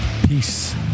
Peace